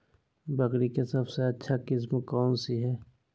बकरी के सबसे अच्छा किस्म कौन सी है?